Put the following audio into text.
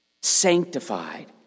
sanctified